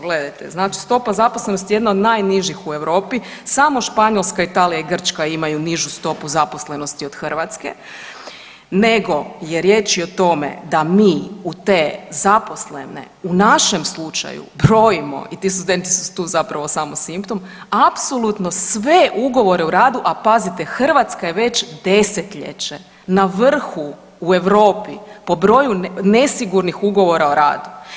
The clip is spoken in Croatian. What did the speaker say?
Gledajte, znači stopa zaposlenosti, jedna od najnižih u Europi, samo Španjolska, Italija i Grčka imaju nižu stopu zaposlenosti od Hrvatske, nego je riječ o tome da mi u te zaposlene u našem slučaju brojimo i tu ... su tu samo simptom, apsolutno sve ugovore o radu, a pazite, Hrvatska je već desetljeće na vrhu u Europi po broju nesigurnih ugovora o radu.